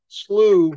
slew